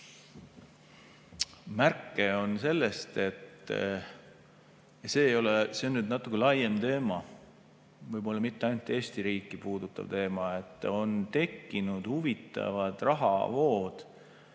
Märke on sellest – see on nüüd natuke laiem teema, võib-olla mitte ainult Eesti riiki puudutav teema –, et on tekkinud huvitavad rahavood